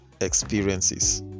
experiences